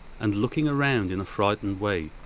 and, looking around in a frightened way,